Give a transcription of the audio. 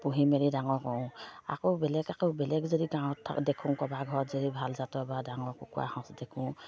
পুহি মেলি ডাঙৰ কৰোঁ আকৌ বেলেগ আকৌ বেলেগ যদি গাঁৱত দেখোঁ কৰোবাৰ ঘৰত যদি ভাল জাতৰ বা ডাঙৰ কুকুৰা সাঁচ দেখো